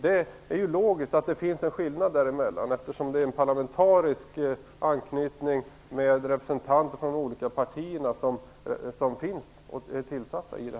Det är logiskt att det finns en skillnad däremellan, eftersom det finns en parlamentarisk anknytning i och med att det sitter representanter för de olika partierna i rådet.